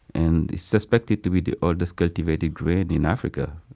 and suspected to be the oldest cultivated grain in africa.